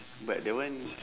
but that one